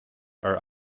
are